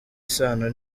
isano